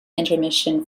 intermission